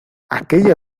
aquella